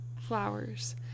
flowers